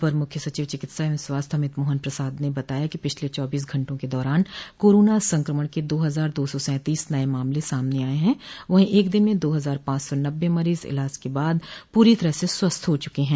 अपर मुख्य सचिव चिकित्सा एवं स्वास्थ्य अमित मोहन प्रसाद ने बताया कि पिछले चौबीस घंटे के दौरान कोरोना संक्रमण के दो हजार दो सा सैंतीस नये मामले सामने आये हैं वहीं एक दिन में दो हजार पांच सौ नब्बे मरीज इलाज के बाद पूरी तरह से स्वस्थ हो चुके हैं